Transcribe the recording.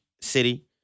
city